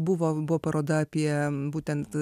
buvo buvo paroda apie būtent